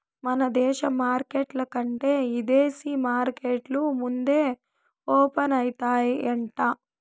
మన దేశ మార్కెట్ల కంటే ఇదేశీ మార్కెట్లు ముందే ఓపనయితాయంట